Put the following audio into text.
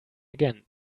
again